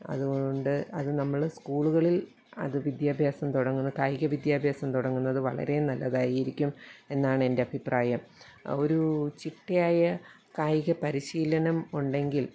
അതുകൊണ്ട് അത് നമ്മൾ സ്കൂളുകളിൽ അത് വിദ്യാഭ്യാസം തുടങ്ങുന്ന കായികവിദ്യാഭ്യാസം തുടങ്ങുന്നത് വളരെ നല്ലതായിരിക്കും എന്നാണെൻ്റെ അഭിപ്രായം ഒരു ചിട്ടയായ കായിക പരിശീലനം ഉണ്ടെങ്കിൽ